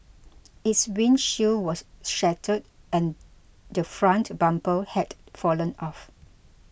its windshield was shattered and the front bumper had fallen off